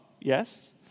yes